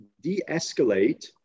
de-escalate